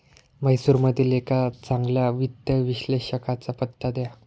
म्हैसूरमधील एका चांगल्या वित्त विश्लेषकाचा पत्ता द्या